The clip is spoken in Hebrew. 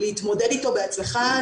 להתמודד איתו בהצלחה.